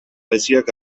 geziak